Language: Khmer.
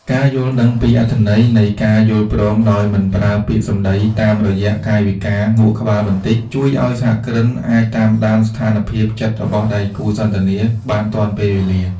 ការយល់ដឹងពីអត្ថន័យនៃ "ការយល់ព្រមដោយមិនប្រើពាក្យសំដី" តាមរយៈកាយវិការងក់ក្បាលបន្តិច ជួយឱ្យសហគ្រិនអាចតាមដានស្ថានភាពចិត្តរបស់ដៃគូសន្ទនាបានទាន់ពេល។